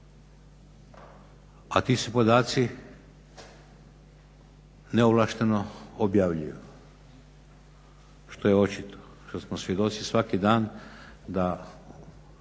A ti su podaci neovlašteno objavljuju, što je očito, što smo svjedoci svaki dan da